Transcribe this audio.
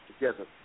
together